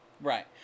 right